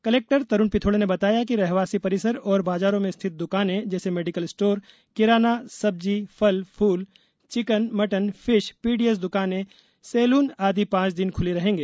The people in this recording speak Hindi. कलेक्टर तरूण पिथोड़े ने बताया कि रहवासी परिसर और बाजारों में स्थित दुकानें जैसे मेडिकल स्टोर किराना सब्जी फल फूल चिकन मटन फिश पीडीएस दुकानें सैलून आदि पांच दिन खुली रहेगी